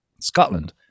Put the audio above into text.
scotland